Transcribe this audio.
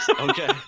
okay